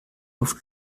luft